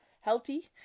healthy